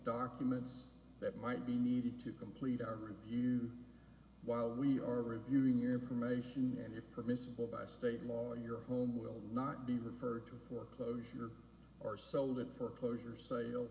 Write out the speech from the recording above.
documents that might be needed to complete our review while we are reviewing your information and if permissible by state law in your home will not be referred to foreclosure or seldom foreclosure sale